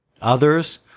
Others